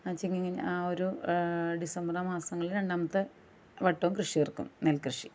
ചിങ്ങം കഴിഞ്ഞ് ആ ഒരു ഡിസംബർ മാസങ്ങളിൽ രണ്ടാമത്തെ വട്ടവും കൃഷി ഇറക്കും നെൽകൃഷി